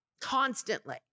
constantly